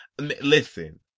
listen